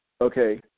Okay